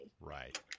Right